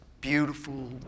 beautiful